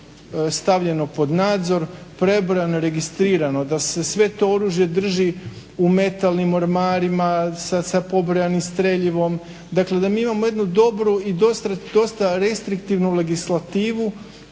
stavljeno pod nadzor, prebrojano i registrirano, da se sve to oružje drži u metalnim ormarima sa pobrojanim streljivom. Dakle, da mi imamo jednu dobru i dosta restriktivnu legislativu